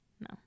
No